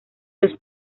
los